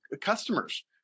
customers